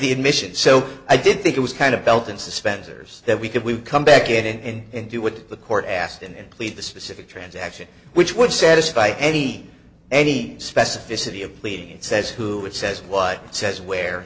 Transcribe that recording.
the admission so i did think it was kind of belt and suspenders that we could we would come back in and do what the court asked and plead the specific transaction which would satisfy any any specificity of pleading says who it says why it says where